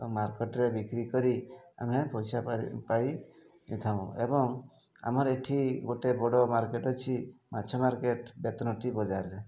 ମାର୍କେଟ୍ରେ ବିକ୍ରି କରି ଆମେ ପଇସା ପାଇଥାଉ ଏବଂ ଆମର ଏଇଠି ଗୋଟିଏ ବଡ଼ ମାର୍କେଟ୍ ଅଛି ମାଛ ମାର୍କେଟ୍ ବେତନଟି ବଜାରରେ